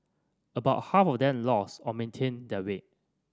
about half of them lost or maintained their weight